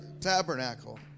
tabernacle